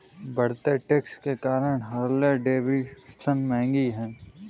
बढ़ते टैक्स के कारण हार्ले डेविडसन महंगी हैं